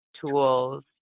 tools